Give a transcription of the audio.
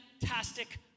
Fantastic